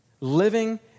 Living